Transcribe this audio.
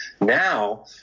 Now